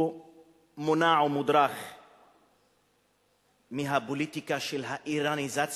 הוא מוּנָע או מודרך מהפוליטיקה של האירניזציה,